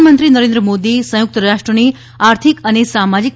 પ્રધાનમંત્રી નરેંદ્ર મોદી સંયુક્ત રાષ્ટ્રની આર્થિક અને સામાજિક